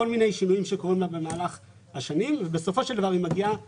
כל מיני שינויים שקורים לה במהלך השנים ובסופו של דבר היא מגיעה לסוף.